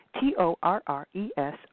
T-O-R-R-E-S